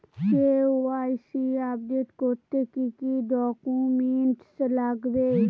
KYC update করতে কি কি ডকুমেন্টস লাগবে?